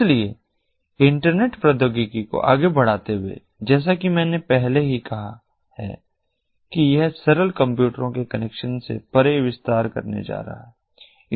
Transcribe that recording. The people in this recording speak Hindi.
इसलिए इंटरनेट प्रौद्योगिकी को आगे बढ़ाते हुए जैसा कि मैंने पहले ही कहा है कि यह सरल कंप्यूटरों के कनेक्शन से परे विस्तार करने जा रहा है